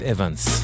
Evans